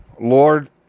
Lord